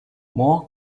more